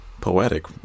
poetic